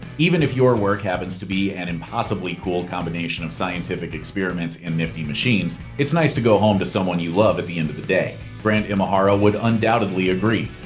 even if your work happens to be an impossibly cool combination of scientific experiments and nifty machines, it's nice to go home to someone you love at the end of the day. grant imahara would undoubtedly agree.